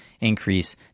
increase